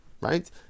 Right